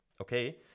Okay